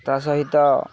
ତା ସହିତ